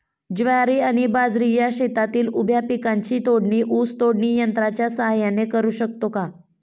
ज्वारी आणि बाजरी या शेतातील उभ्या पिकांची तोडणी ऊस तोडणी यंत्राच्या सहाय्याने करु शकतो का?